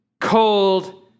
cold